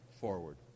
forward